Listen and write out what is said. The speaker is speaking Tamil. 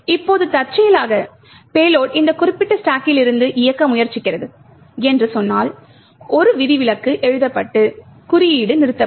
இப்போது தற்செயலாக பேலோட் அந்த குறிப்பிட்ட ஸ்டாக்கிலிருந்து இயக்க முயற்சிக்கிறது என்று சொன்னால் ஒரு விதிவிலக்கு எழுப்பப்பட்டு குறியீடு நிறுத்தப்படும்